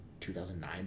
2009